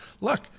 look